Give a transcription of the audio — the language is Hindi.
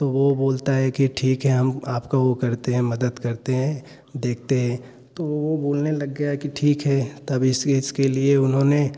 तो वह बोलता है कि ठीक है हम आपका वह करते हैं मदद करते हैं देखते हैं तो वह बोलने लग गया कि ठीक है तब इस इसके लिए उन्होंने